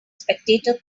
spectator